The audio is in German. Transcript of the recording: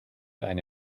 eine